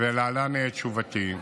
ולהלן תשובתי.